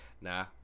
Nah